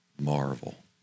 marvel